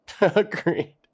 agreed